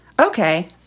okay